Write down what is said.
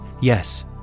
Yes